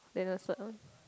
then the third one